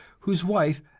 whose wife,